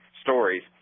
stories